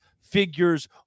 figures